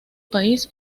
país